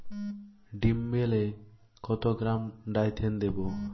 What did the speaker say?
ডিস্মেলে কত গ্রাম ডাইথেন দেবো?